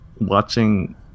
watching